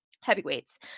heavyweights